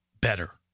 better